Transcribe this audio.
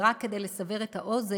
ורק כדי לסבר את האוזן,